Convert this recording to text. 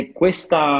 questa